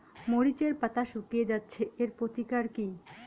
মরিচের পাতা শুকিয়ে যাচ্ছে এর প্রতিকার কি?